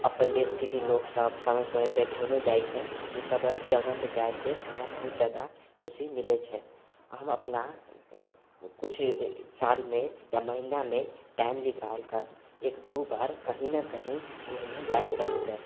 अपन देशके भी लोकसभ समय समयपर घुमय जाइत छै ओसभ जगहपर जायसँ हमरा बहुत ज्यादा खुशी मिलैत छै आ हम अपना किछु सालमे या महिनामे टाइम निकालि कऽ एक दू बार कहीँ नऽ कहीँ घुमय जाइत रहै लेल